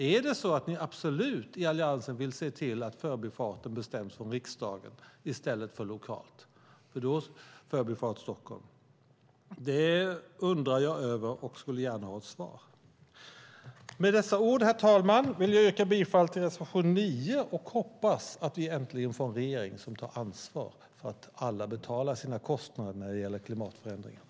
Är det så att ni i Alliansen absolut vill se till att Förbifart Stockholm bestäms från riksdagen i stället för lokalt? Det undrar jag över, och jag skulle gärna ha ett svar. Med dessa ord, herr talman, vill jag yrka bifall till reservation 9. Jag hoppas att vi äntligen får en regering som tar ansvar för att alla betalar sina kostnader när det gäller klimatförändringarna.